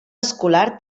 escolar